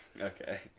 Okay